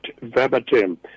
verbatim